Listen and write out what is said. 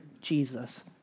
Jesus